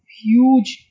huge